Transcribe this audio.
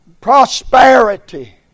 Prosperity